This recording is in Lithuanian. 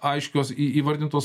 aiškios įvardintos